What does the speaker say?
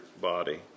body